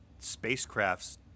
spacecrafts